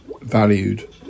valued